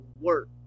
work